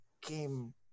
came